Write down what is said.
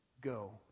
go